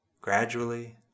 Gradually